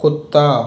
कुत्ता